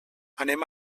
anem